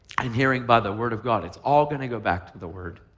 and hearing by the word of god. it's all going to go back to the word.